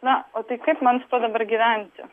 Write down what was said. na o tai kaip man dabar gyventi